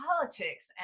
politics